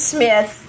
Smith